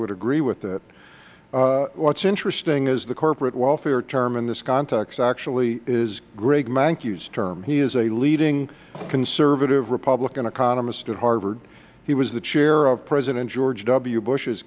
would agree with it what is interesting is the corporate welfare term in this context actually is greg mankiw's term he is a leading conservative republican economist at harvard he was the chair of president george w bush